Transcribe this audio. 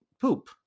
poop